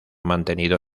mantenido